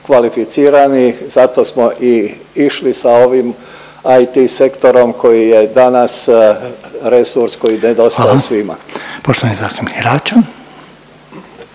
kvalificirani zato smo i išli sa ovim IT sektorom koji je danas resurs koji nedostaje svima. **Reiner,